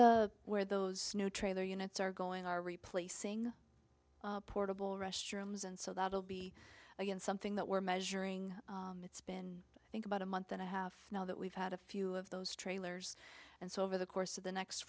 the where those trailer units are going are replacing portable restrooms and so that'll be something that we're measuring it's been i think about a month and a half now that we've had a few of those trailers and so over the course of the next